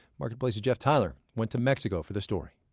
marketplace's jeff tyler went to mexico for the story